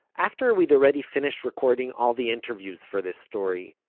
after we'd already finished recording all the interviews for this story,